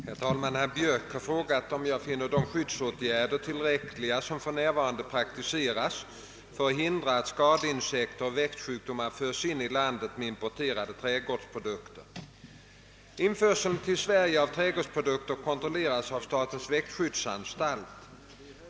Herr talman! Herr Björk har frågat om jag finner de skyddsåtgärder tillräckliga som för närvarande praktiseras för att hindra att skadeinsekter och växtsjukdomar förs in i landet med importerade trädgårdsprodukter. Införseln till Sverige av trädgårdsprodukter kontrolleras av statens växtskyddsanstalt.